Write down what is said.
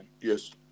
Yes